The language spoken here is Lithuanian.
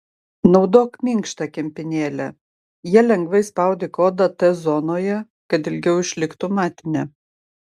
naudok minkštą kempinėlę ja lengvai spaudyk odą t zonoje kad ilgiau išliktų matinė